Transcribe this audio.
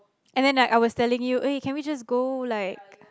and then like I was telling you eh can we just go like